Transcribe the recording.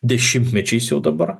dešimtmečiais jau dabar